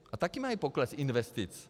A taky mají pokles investic.